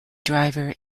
driver